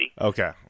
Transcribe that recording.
okay